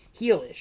heelish